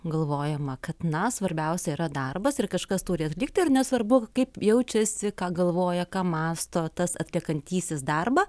galvojama kad na svarbiausia yra darbas ir kažkas turi atlikti ar nesvarbu kaip jaučiasi ką galvoja ką mąsto tas atliekantysis darbą